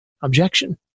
objection